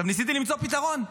ניסיתי למצוא פתרון,